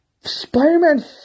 Spider-Man